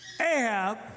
Ahab